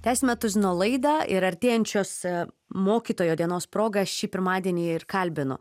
tęsiame tuzino laidą ir artėjančiuos mokytojo dienos proga šį pirmadienį kalbinu